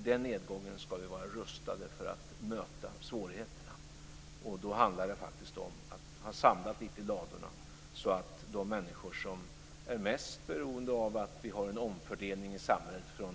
I den nedgången ska vi vara rustade för att möta svårigheterna. Då handlar det om att ha samlat lite i ladorna så att de människor som är mest beroende av en omfördelning i samhället från